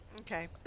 Okay